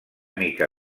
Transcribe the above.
mica